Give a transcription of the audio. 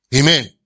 Amen